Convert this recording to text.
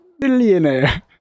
billionaire